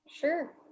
Sure